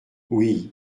oui